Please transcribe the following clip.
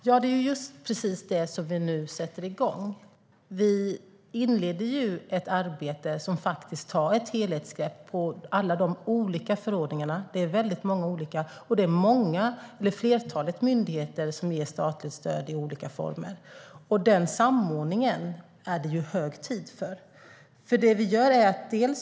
Herr talman! Ja, det är precis det som vi nu sätter igång. Vi inleder ett arbete som faktiskt tar ett helhetsgrepp på alla de olika förordningarna - det är många olika - och det flertal myndigheter som ger statligt stöd i olika former. Det är hög tid för den samordningen.